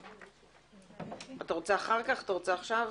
כך היה נשמע,